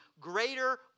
greater